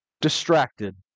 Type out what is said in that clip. distracted